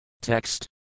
Text